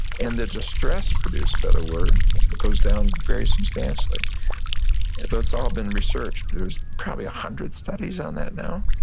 and the distress produced by the word goes down very substantially if that's all been researched, there's probably a one hundred studies on that now.